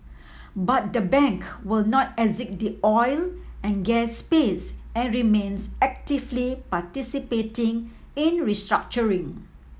but the bank will not exit the oil and gas space and remains actively participating in restructuring